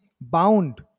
bound